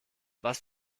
was